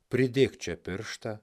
pridėk čia pirštą